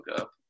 up